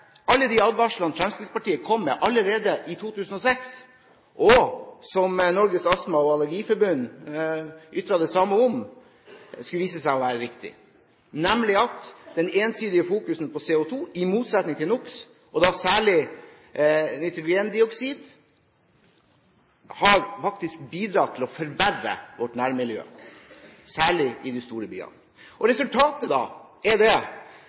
Alle de advarslene Fremskrittspartiet kom med allerede i 2006, og Norges Astma- og Allergiforbund ytret det samme om dette, skulle vise seg å være riktige, nemlig at den ensidige fokuseringen på CO2 i motsetning til på NOx, og da særlig nitrogendioksid, faktisk har bidratt til å forverre vårt nærmiljø, særlig i de store byene.